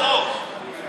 עזוב מה אני טוען.